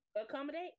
accommodate